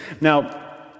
Now